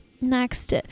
Next